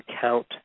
count